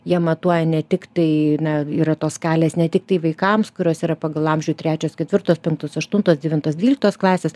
jie matuoja ne tik tai na yra tos skalės ne tiktai vaikams kurios yra pagal amžių trečios ketvirtos penktos aštuntos devintos dvyliktos klasės